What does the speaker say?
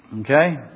Okay